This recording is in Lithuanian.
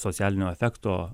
socialinio efekto